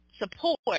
Support